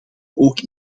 ook